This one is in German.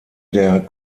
der